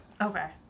okay